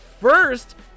First